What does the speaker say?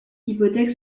hypothèque